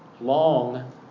Long